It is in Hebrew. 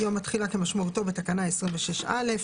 "יום התחילה" - כמשמעותו בתקנה 26(א).